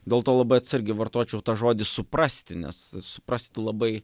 dėl to labai atsargiai vartočiau tą žodį suprasti nes suprasti labai